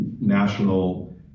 national